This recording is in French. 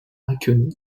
haguenau